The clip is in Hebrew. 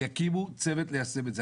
ויקימו צוות ליישם את זה.